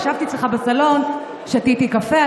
ישבתי אצלך בסלון, שתיתי קפה.